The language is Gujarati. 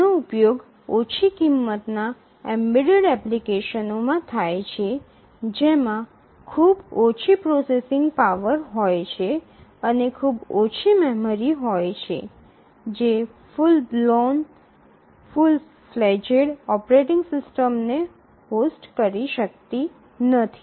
આનો ઉપયોગ ઓછી કિંમતના એમ્બેડેડ એપ્લિકેશનોમાં થાય છે જેમાં ખૂબ ઓછી પ્રોસેસિંગ પાવર હોય છે અને ખૂબ જ ઓછી મેમરી હોય છે જે full blown full fledged operating સિસ્ટમ્સને હોસ્ટ કરી શકતી નથી